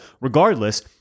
Regardless